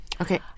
Okay